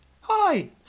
Hi